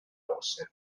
rosse